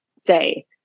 say